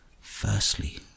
Firstly